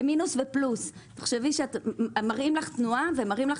במינוס ופלוס תחשבי שמראים לך תנועה ומראים לך